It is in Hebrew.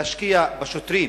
להשקיע בשוטרים: